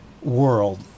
world